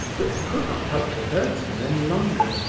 but could not help the herdsman any longer.